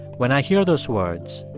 when i hear those words,